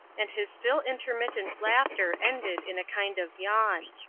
and his still intermittent laughter ended in a kind of yawn.